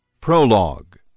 Prologue